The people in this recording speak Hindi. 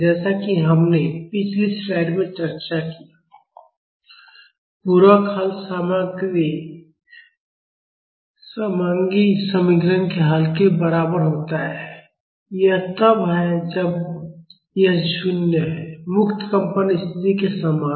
जैसा कि हमने पिछली स्लाइड में चर्चा की है पूरक हल समांगी समीकरण के हल के बराबर होता है यह तब है जब यह 0 है मुक्त कंपन स्थिति के समान